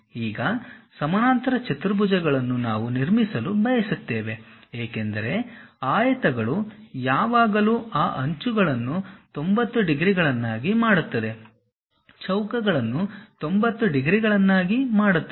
ಈಗ ಸಮಾನಾಂತರ ಚತುರ್ಭುಜಗಳನ್ನು ನಾವು ನಿರ್ಮಿಸಲು ಬಯಸುತ್ತೇವೆ ಏಕೆಂದರೆ ಆಯತಗಳು ಯಾವಾಗಲೂ ಆ ಅಂಚುಗಳನ್ನು 90 ಡಿಗ್ರಿಗಳನ್ನಾಗಿ ಮಾಡುತ್ತದೆ ಚೌಕಗಳನ್ನು 90 ಡಿಗ್ರಿಗಳನ್ನಾಗಿ ಮಾಡುತ್ತದೆ